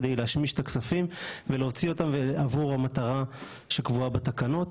כדי להשמיש את הכספים ולהוציא אותם עבור המטרה שקבועה בתקנות,